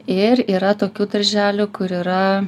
ir yra tokių darželių kur yra